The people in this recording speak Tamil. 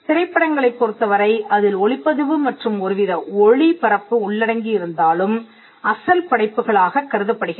திரைப்படங்களைப் பொறுத்தவரை அதில் ஒலிப்பதிவு மற்றும் ஒருவித ஒளிபரப்பு உள்ளடங்கி இருந்தாலும் அசல் படைப்புகளாகக் கருதப்படுகின்றன